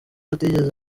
atigeze